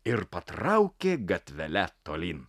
ir patraukė gatvele tolyn